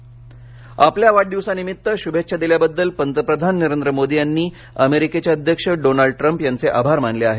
वाढदिवस आपल्या वाढदिवसानिमित्त शुभेच्छा दिल्याबद्दल पंतप्रधान नरेंद्र मोदी यांनी अमेरिकेचे अध्यक्ष डोनाल्ड ट्रम्प यांचे आभार मानले आहेत